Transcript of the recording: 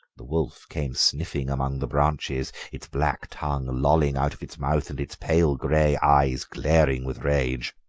the wolf came sniffing among the branches, its black tongue lolling out of its mouth and its pale grey eyes glaring with rage.